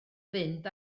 fynd